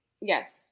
Yes